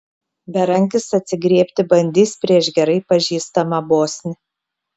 berankis atsigriebti bandys prieš gerai pažįstamą bosnį